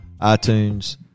iTunes